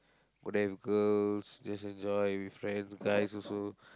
go there with girls just enjoy with friends guys also